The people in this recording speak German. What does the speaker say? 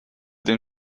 den